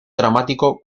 dramático